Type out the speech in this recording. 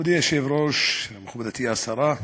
מכובדי היושב-ראש, מכובדתי השרה,